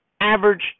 average